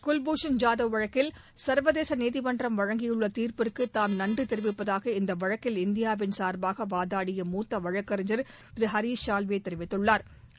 குல்பூஷன் ஜாதவ் வழக்கில் சர்வதேச நீதிமன்றம் வழக்கியுள்ள தீர்ப்பிற்கு தாம் நன்றி தெரிவிப்பதாக இந்த வழக்கில் இந்தியாவின் சார்பாக வாதாடிய மூத்த வழக்கறிஞர் திரு ஹரிஷ் சால்வே தெரிவித்துள்ளாா்